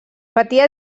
patia